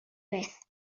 beth